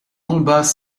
combats